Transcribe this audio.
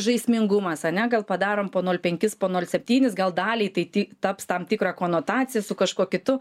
žaismingumas ane gal padarom po nol penkis po nol septynis gal daliai tai ti taps tam tikra konotacija su kažkuo kitu